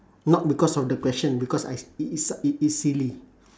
not because of the question because I it is s~ it is silly